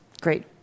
Great